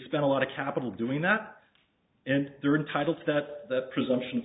spent a lot of capital doing that and they're entitled to that the presumption